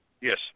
Yes